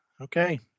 Okay